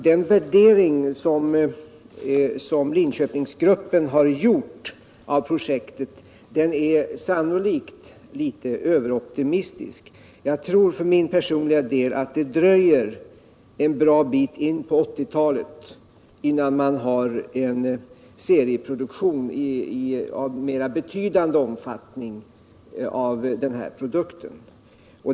Den värdering som Linköpingsgruppen har gjort av projektet är sannolikt litet överoptimistisk. Jag tror för min del att det dröjer en bra bit in på 1980-talet innan man har en serieproduktion av mera betydande omfattning av den produkten.